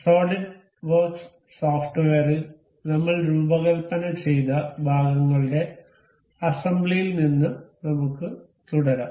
solid works സോഫ്റ്റ്വെയറിൽ നമ്മൾ രൂപകൽപ്പന ചെയ്ത ഭാഗങ്ങളുടെ അസംബ്ലിയിൽ നിന്ന് നമ്മൾ തുടരും